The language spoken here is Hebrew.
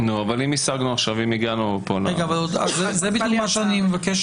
אם הגענו פה --- זה בדיוק מה שאני מבקש